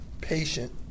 patient